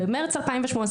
במרץ 2018,